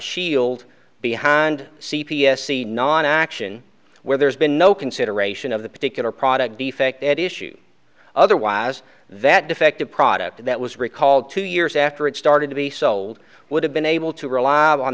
shield behind c p s the non action where there's been no consideration of the particular product defect at issue otherwise that defective product that was recalled two years after it started to be sold would have been able to rely on